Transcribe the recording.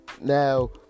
now